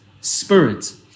spirit